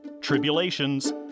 tribulations